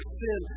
sin